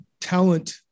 talent